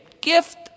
gift